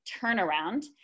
turnaround